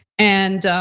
and